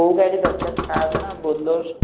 କେଉଁ ଗାଡ଼ି ଦରକାର କାର ନା ବୋଲେରୋ